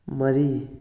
ꯃꯔꯤ